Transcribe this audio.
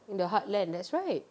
in the heartland that's right